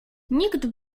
nikt